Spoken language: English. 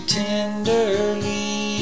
tenderly